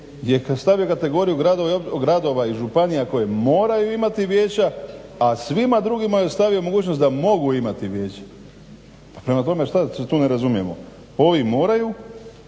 je stavio kategoriju gradova i županija koje moraju imati vijeća, a svima drugima je ostavio mogućnost da mogu imati vijeće. Pa prema tome što tu ne razumijemo? Ovi moraju,